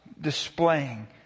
displaying